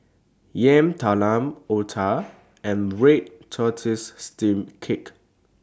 Yam Talam Otah and Red Tortoise Steamed Cake